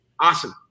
Awesome